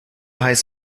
heiß